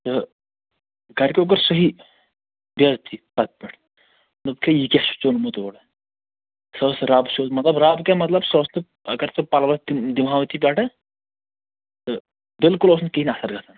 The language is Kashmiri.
تہٕ گرِ کیٛو کٔر صحیح بے عزتی تَتھ پیٚٹھ دوٚپکھ ہے یہِ کیٛاہ چھُتھ ژےٚ اوٚنمُت اورٕ سۅ ٲس رب سیٚود مگر رب کیٛاہ مطلب سۅ أس نہٕ اگر سۅ پَلوس دِمہٕ ہاو تہِ پیٚٹھٕ تہٕ بِلکُل اوس نہٕ کہیٖنٛۍ اثر گژھان